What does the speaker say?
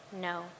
No